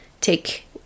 take